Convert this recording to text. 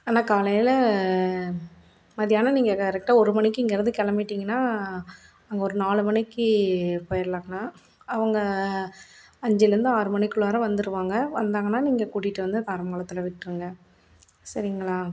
அண்ணா காலையில் மத்தியானம் நீங்கள் கரெக்டா ஒரு மணிக்கி இங்கேருந்து கிளம்பிட்டீங்கன்னா அங்கே ஒரு நாலு மணிக்கு போயிடலாங்கண்ணா அவங்க அஞ்சுலேந்து ஆறு மணிக்குள்ளாறே வந்துடுவாங்க வந்தாங்கன்னால் நீங்கள் கூட்டிகிட்டு வந்து காலங்காலத்தில் விட்டிருங்க சரிங்களா